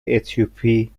اتیوپی